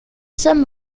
somme